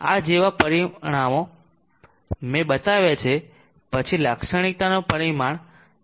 આ જેવા પરિમાણો મેં બતાવ્યા છે પછી લાક્ષણિકતાઓનું પરિમાણ a છે